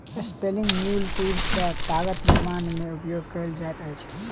spinning mule तूर सॅ तागक निर्माण में उपयोग कएल जाइत अछि